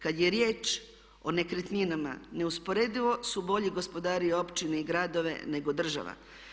Kad je riječ o nekretninama neusporedivo su bolji gospodari općine i gradovi nego država.